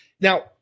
Now